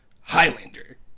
Highlander